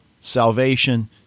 Salvation